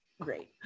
great